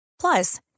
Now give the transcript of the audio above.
Plus